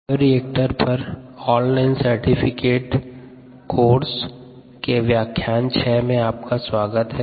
bioreactors पर NPTEL online certification course के व्याख्यान 6 में आपका स्वागत है